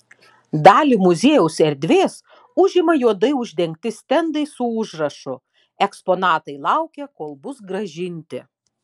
dalį muziejaus erdvės užima juodai uždengti stendai su užrašu eksponatai laukia kol bus grąžinti